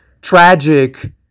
tragic